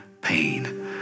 pain